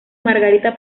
margarita